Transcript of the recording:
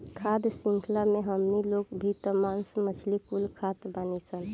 खाद्य शृंख्ला मे हमनी लोग भी त मास मछली कुल खात बानीसन